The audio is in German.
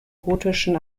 gotischen